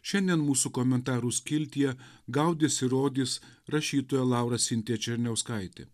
šiandien mūsų komentarų skiltyje gaudys ir rodys rašytoja laura sintija černiauskaitė